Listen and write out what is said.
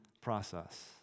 process